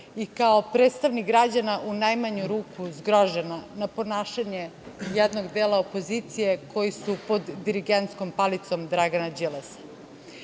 i kao predstavnik građana, u najmanju ruku, zgrožena na ponašanje jednog dela opozicije koji su pod dirigentskom palicom Dragana Đilasa.U